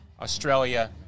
Australia